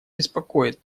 беспокоит